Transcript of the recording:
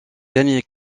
gagné